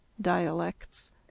dialects